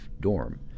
dorm